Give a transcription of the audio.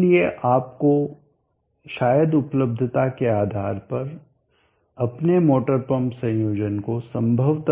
इसलिए आपको शायद उपलब्धता के आधार पर अपने मोटर पंप संयोजन को संभवत